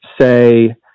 say